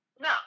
No